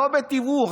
לא בתיווך,